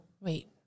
Wait